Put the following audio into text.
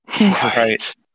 Right